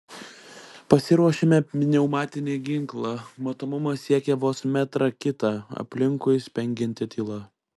pasiruošiame pneumatinį ginklą matomumas siekia vos metrą kitą aplinkui spengianti tyla